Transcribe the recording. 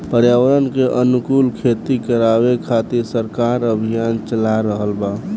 पर्यावरण के अनुकूल खेती करावे खातिर सरकार अभियान चाला रहल बा